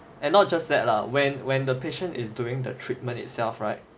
and not just that lah when when the patient is during the treatment itself right